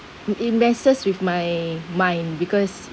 mm it messes with my mind because